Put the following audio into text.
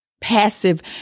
Passive